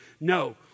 no